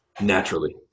naturally